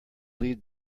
lead